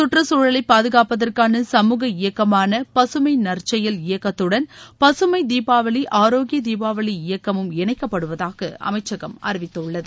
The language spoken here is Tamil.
சுழலை பாதுகாப்பதற்கான சமூக இயக்கமான பசுமை நற்செயல் இயக்கத்துடன் பசுமை தீபாவளி ஆரோக்கிய தீபாவளி இயக்கமும் இணைக்கப்படுவதாக அமைச்சகம் அறிவித்துள்ளது